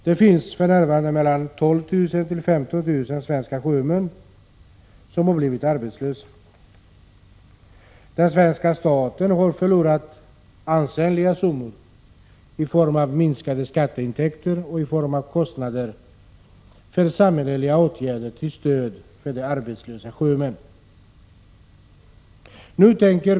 Det finns för närvarande mellan 12 000 och 15 000 svenska sjömän som är arbetslösa. Den svenska staten har förlorat ansenliga summor i form av minskade skatteintäkter och i form av kostnader för samhälleliga åtgärder till stöd för de arbetslösa sjömännen.